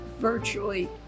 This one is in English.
virtually